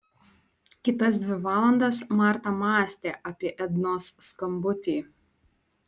kitas dvi valandas marta mąstė apie ednos skambutį